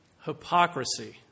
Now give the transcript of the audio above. hypocrisy